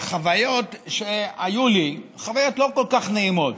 בחוויות שהיו לי, חוויות לא כל כך נעימות.